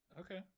okay